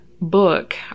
book